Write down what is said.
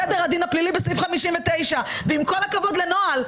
סדר הדין הפלילי בסעיף 59. ועם כל הכבוד לנוהל,